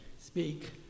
speak